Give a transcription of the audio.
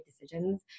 decisions